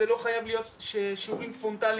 זה לא חייב להיות שיעורים פרונטליים,